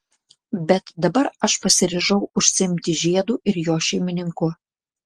bet dabar aš pasiryžau užsiimti žiedu ir jo šeimininku